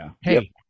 hey